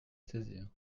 saisir